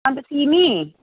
अन्त सिमी